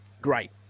Great